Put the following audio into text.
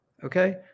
Okay